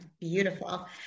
Beautiful